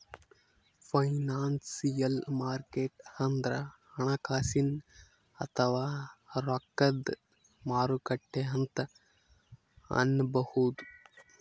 financial market ಅಂದ್ರ ಹಣಕಾಸಿನ್ ಅಥವಾ ರೊಕ್ಕದ್ ಮಾರುಕಟ್ಟೆ ಅಂತ್ ಅನ್ಬಹುದ್